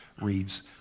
reads